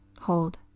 hold